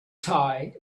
tie